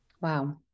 Wow